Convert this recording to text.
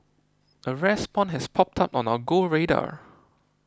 a rare spawn has popped up on our Go radar